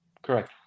Correct